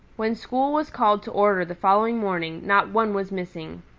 when school was called to order the following morning not one was missing.